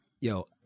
yo